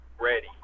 ready